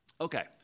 Okay